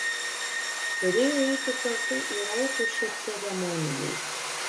turėjau eiti kartu į rotušę ceremonijai